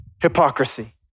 hypocrisy